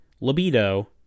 Libido